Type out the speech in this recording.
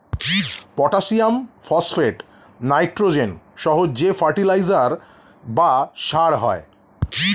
potassium, phosphate, nitrogen সহ যে fertiliser বা সার হয়